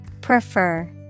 Prefer